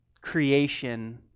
creation